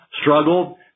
Struggled